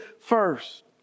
first